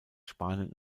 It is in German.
spanien